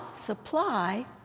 supply